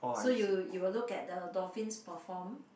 so you you will look at the dolphins perform